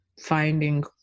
finding